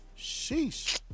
Sheesh